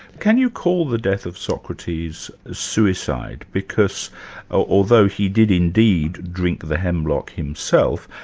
can you call the death of socrates suicide? because although he did indeed drink the hemlock himself,